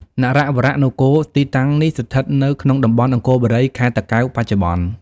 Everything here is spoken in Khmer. នរវរនគរ ទីតាំងនេះស្ថិតនៅក្នុងតំបន់ អង្គរបុរី ខេត្តតាកែវ បច្ចុប្បន្ន។